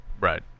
Right